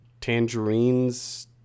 Tangerines